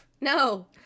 No